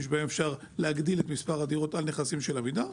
שבהם אפשר להגדיל את מספר הדירות על נכסים של עמידר.